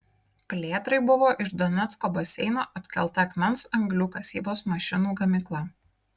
plėtrai buvo iš donecko baseino atkelta akmens anglių kasybos mašinų gamykla